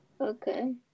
Okay